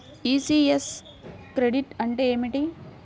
ECS credit అంటే ఏమిటి?